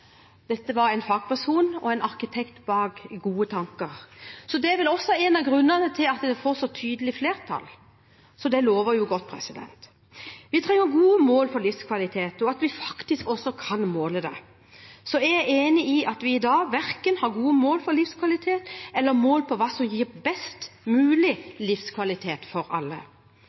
dette var en fagperson og en arkitekt bak gode tanker. Det er vel også en av grunnene til at dette får så tydelig flertall – så det lover godt. Vi trenger gode mål for livskvalitet, og at vi faktisk også kan måle det. Jeg er enig i at vi i dag verken har gode mål for livskvalitet eller mål på hva som gir best mulig livskvalitet for alle.